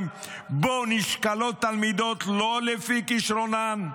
שבו נשקלות תלמידות לא לפי כישרונן,